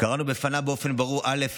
קראנו בפניו באופן ברור, א.